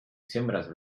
sembres